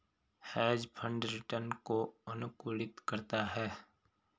hedge fund return को अनुकूलित करता है